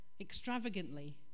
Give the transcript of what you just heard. extravagantly